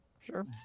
sure